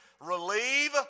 relieve